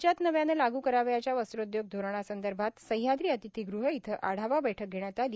राज्यात नव्यानं लागू करावयाच्या वस्त्रोद्योग धोरणासंदर्भात सह्याद्री अतिथीगृह इथं आढावा बैठ्क घेण्यात आली